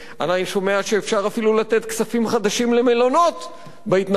אני שומע שאפשר אפילו לתת כספים חדשים למלונות בהתנחלויות,